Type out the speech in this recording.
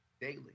daily